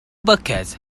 bucket